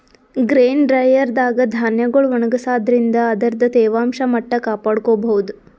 grain dryer ದಾಗ್ ಧಾನ್ಯಗೊಳ್ ಒಣಗಸಾದ್ರಿನ್ದ ಅದರ್ದ್ ತೇವಾಂಶ ಮಟ್ಟ್ ಕಾಪಾಡ್ಕೊಭೌದು